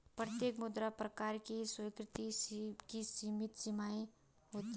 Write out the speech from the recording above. प्रत्येक मुद्रा प्रकार की स्वीकृति की सीमित सीमाएँ होती हैं